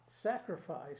sacrifice